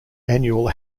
annual